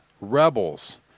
rebels